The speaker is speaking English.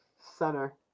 Center